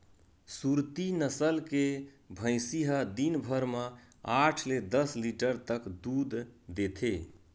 सुरती नसल के भइसी ह दिन भर म आठ ले दस लीटर तक दूद देथे